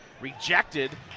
rejected